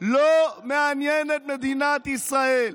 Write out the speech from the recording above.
לא מעניינת מדינת ישראל.